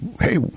hey